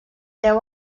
déu